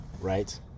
right